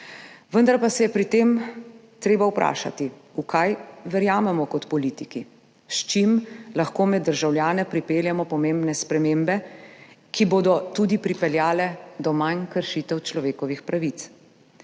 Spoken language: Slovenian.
Vendar pa se je pri tem treba vprašati, v kaj verjamemo kot politiki, s čim lahko med državljane pripeljemo pomembne spremembe, ki bodo tudi pripeljale do manj kršitev človekovih pravic.